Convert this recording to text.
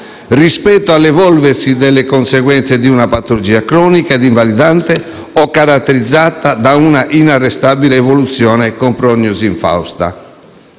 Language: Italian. rispetto all'evolversi delle conseguenze di una patologia cronica e invalidante o caratterizzata da inarrestabile evoluzione con prognosi infausta.